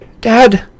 Dad